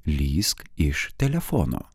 lįsk iš telefono